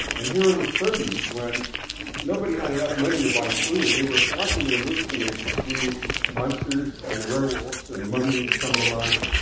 and here in the thirty s, when nobody had enough money to buy food, they we flocking to the movie theaters to see monsters and werewolves and mummies come to life,